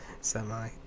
semi